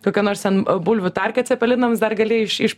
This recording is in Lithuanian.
kokia nors ten bulvių tarka cepelinams dar gali iš iš